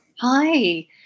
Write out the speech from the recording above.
Hi